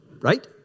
right